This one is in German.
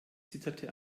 zitterte